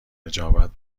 نجابت